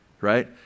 right